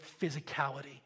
physicality